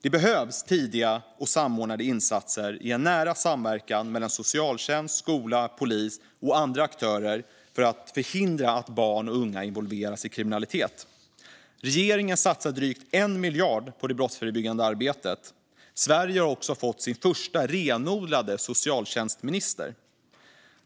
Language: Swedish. Det behövs tidiga och samordnade insatser i nära samverkan mellan socialtjänst, skola, polis och andra aktörer för att förhindra att barn och unga involveras i kriminalitet. Regeringen satsar drygt 1 miljard på det brottsförebyggande arbetet. Sverige har också fått sin första renodlade socialtjänstminister.